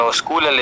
school